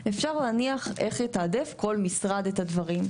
אפשר להניח איך יתעדף כל משרד את הדברים.